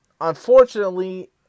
unfortunately